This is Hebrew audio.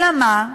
אלא מה?